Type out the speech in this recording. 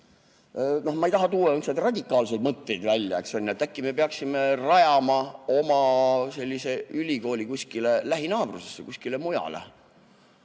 ma ei taha tuua sihukesi radikaalseid mõtteid, et äkki me peaksime rajama oma ülikooli kuskile lähinaabrusesse, kuskile mujale.